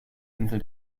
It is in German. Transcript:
insel